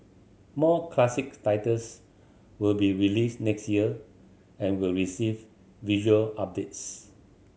more classic titles will be released next year and will receive visual updates